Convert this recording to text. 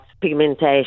pigmentation